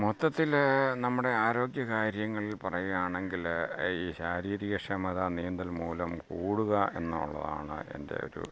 മൊത്തത്തിൽ നമ്മുടെ ആരോഗ്യകാര്യങ്ങൾ പറയുകയാണെങ്കിൽ ഈ ശാരീരിക ക്ഷമത നീന്തൽ മൂലം ഓടുക എന്നുള്ളതാണ് എൻ്റെ ഒരു